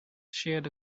share